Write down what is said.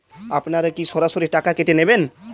আপনারা কি সরাসরি টাকা কেটে নেবেন?